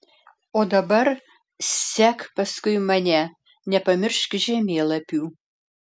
o dabar sek paskui mane nepamiršk žemėlapių